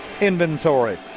inventory